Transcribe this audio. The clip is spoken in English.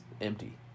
empty